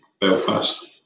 Belfast